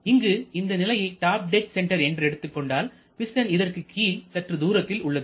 இங்கு இந்த நிலையை டாப் டெட் சென்டர் என்று எடுத்துக் கொண்டால் பிஸ்டன் இதற்கு கீழ் சற்று தூரத்தில் உள்ளது